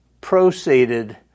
Proceeded